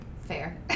Fair